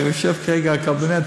כי הוא יושב כרגע בקבינט,